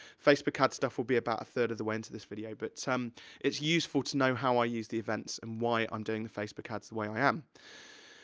facebook ad stuff will be about a third of the way into this video, but, it's useful to know how i use the events, and why i'm doing the facebook ads the way i am.